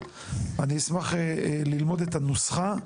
אשמח לראות את הנוסחה,